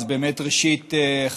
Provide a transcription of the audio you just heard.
ראשית,